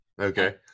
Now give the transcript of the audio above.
Okay